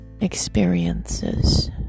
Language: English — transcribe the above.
experiences